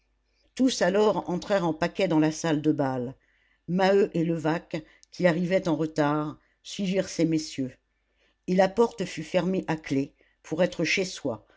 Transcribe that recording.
tous alors entrèrent en paquet dans la salle de bal maheu et levaque qui arrivaient en retard suivirent ces messieurs et la porte fut fermée à clef pour être chez soi